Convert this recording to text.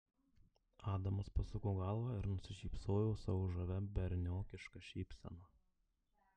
adamas pasuko galvą ir nusišypsojo savo žavia berniokiška šypsena